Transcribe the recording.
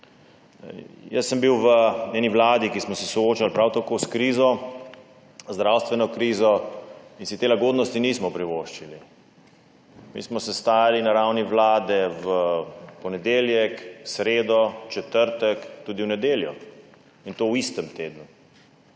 Jaz sem bil v eni vladi, kjer smo se prav tako soočali s krizo, zdravstveno krizo, in si te lagodnosti nismo privoščili. Mi smo se sestajali na ravni Vlade v ponedeljek, sredo, četrtek, tudi v nedeljo, in to v istem tednu.